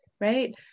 right